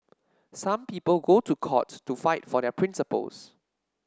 some people go to court to fight for their principles